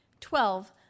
Twelve